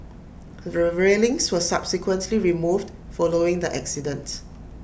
the railings were subsequently removed following the accident